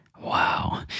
wow